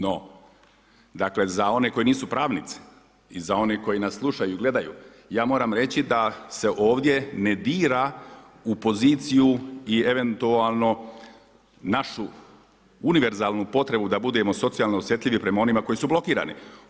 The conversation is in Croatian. No dakle za one koji nisu pravnici i za one koji nas slušaju i gledaju ja moram reći da se ovdje ne dira u poziciju i eventualno našu univerzalnu potrebu da budemo socijalno osjetljivi prema onima koji su blokirani.